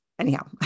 Anyhow